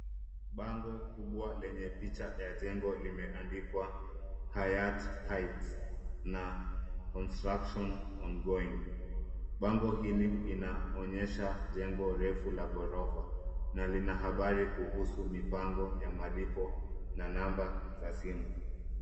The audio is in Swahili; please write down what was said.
Bango kubwa lenye picha ya jengo limeandikwa, "Hayati heights", na construction ongoing . Bango hili inaonyesha jengo refu la ghorofa, na lina habari kuhusu mipango ya malipo na namba za simu.